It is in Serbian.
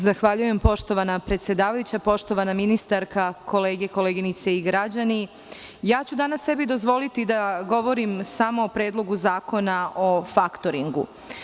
Zahvaljujem poštovana predsedavajuća, poštovana ministarka, kolege, koleginice i građani, dozvoliću sebi danas da govorim samo o Predlogu zakona o faktoringu.